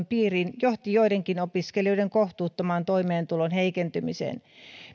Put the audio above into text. piiriin johti joidenkin opiskelijoiden toimeentulon kohtuuttomaan heikentymiseen